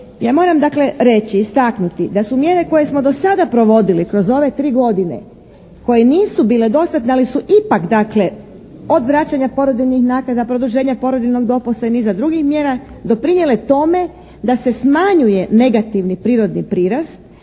ja moram dakle reći, istaknuti da su mjere koje smo do sada provodili kroz ove 3 godine koje nisu bile dostatne ali su ipak dakle od vraćanja porodiljnih naknada, produženja porodiljnog dopusta i niza drugih mjera doprinijele tome da se smanjuje negativni prirodni prirast